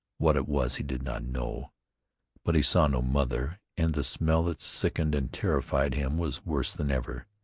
what it was he did not know but he saw no mother, and the smell that sickened and terrified him was worse than ever,